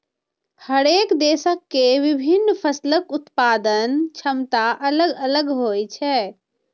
हरेक देशक के विभिन्न फसलक उत्पादन क्षमता अलग अलग होइ छै